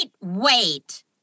wait